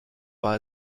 war